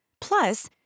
Plus